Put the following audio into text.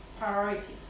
priorities